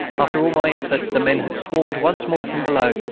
after all my efforts the men had swarmed once more from below,